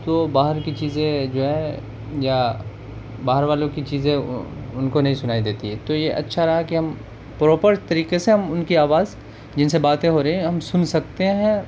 تو باہر کی چیزیں جو ہے یا باہر والوں کی چیزیں ان کو نہیں سنائی دیتی ہے تو یہ اچھا رہا کہ ہم پراپر طریقے سے ہم ان کی آواز جن سے باتیں ہو رہی ہیں ہم سن سکتے ہیں